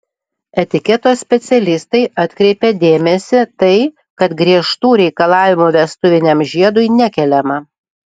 etiketo specialistai atkreipia dėmesį tai kad griežtų reikalavimų vestuviniam žiedui nekeliama